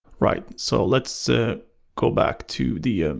right, so let's ah go back to the ah